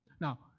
Now